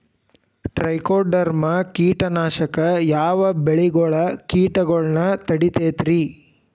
Trichoderma ಕೇಟನಾಶಕ ಯಾವ ಬೆಳಿಗೊಳ ಕೇಟಗೊಳ್ನ ತಡಿತೇತಿರಿ?